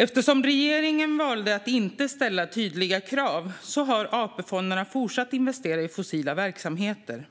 Eftersom regeringen valde att inte ställa tydliga krav har AP-fonderna fortsatt investera i fossila verksamheter.